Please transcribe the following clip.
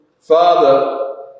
Father